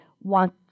want